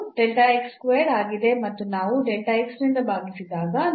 ಇದು ಆಗಿದೆ ಮತ್ತು ನಾವು ನಿಂದ ಭಾಗಿಸಿದಾಗ